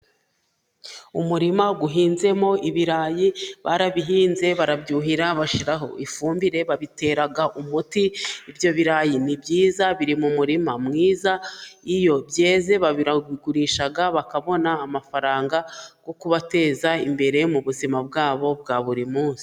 Umurima uhinzemo ibirayi; barabihinze barabyuhira, bashiramo ifumbire, babitera umuti, ibyo birarayi ni byiza, biri mu murima mwiza, iyo byeze barabigurisha bakabona amafaranga yo kubateza imbere mu buzima bwabo bwa buri munsi.